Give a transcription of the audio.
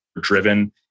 driven